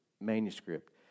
manuscript